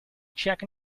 check